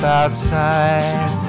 outside